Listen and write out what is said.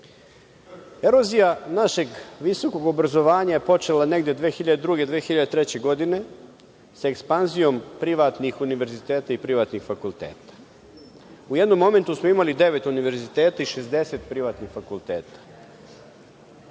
našeg visokog obrazovanja je počela negde 2002, 2003. godine sa ekspanzijom privatnih univerziteta i privatnih fakulteta. U jednom momentu smo imali devet univerziteta i 60 privatnih fakulteta.